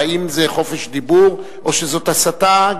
האם זה חופש דיבור או שזאת הסתה?